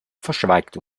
verschweigt